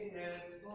s.